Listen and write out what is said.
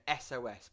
SOS